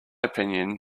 opinion